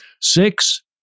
Six